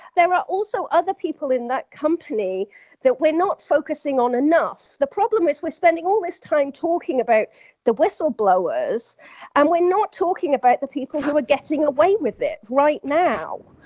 there are also other people in that company that we're not focusing on enough. the problem is we're spending all this time talking about the whistleblowers and we're not talking about the people who are getting away with it right now.